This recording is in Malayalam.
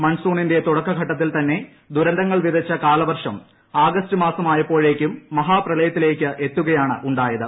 മൺസൂണിന്റെ തുടക്ക ഘട്ടത്തിൽ തന്നെ ദുരന്തങ്ങൾ വിതച്ച കാലവർഷം ആഗസ്റ്റ് മാസമായപ്പോഴേക്കും മഹാപ്രളയത്തിലേക്ക് എത്തുകയാണു ായത്